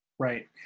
Right